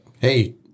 hey